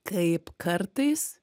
kaip kartais